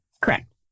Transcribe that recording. Correct